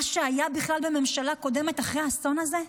מה שהיה בכלל בממשלה הקודמת, אחרי האסון הזה?